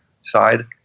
side